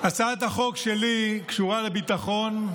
הצעת החוק שלי קשורה לביטחון,